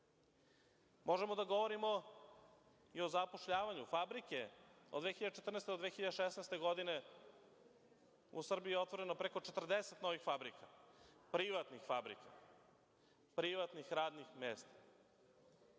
4%.Možemo da govorimo i o zapošljavanju. Fabrike od 2014. do 2016. godine, u Srbiji je otvoreno preko 40 novih fabrika, privatnih fabrika, privatnih radnih mesta,